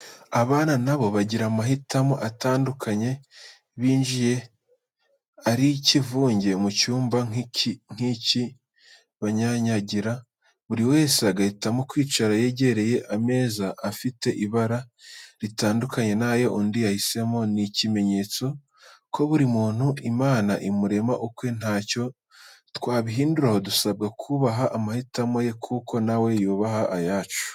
Abana na bo bagira amahitamo atandukanye, binjiye ari ikivunge mu cyumba nk'iki banyanyagira, buri wese agahitamo kwicara yegereye ameza afite ibara ritandukanye n'ayo undi yahisemo, ni ikimenyetso ko buri muntu Imana imurema ukwe, ntacyo twabihinduraho dusabwa kubaha amahitamo ye nk'uko na we yubaha ayacu.